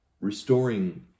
Restoring